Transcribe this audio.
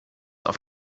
auf